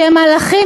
שהם מלאכים,